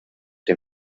dem